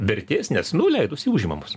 vertės nes nu leidosi užimamos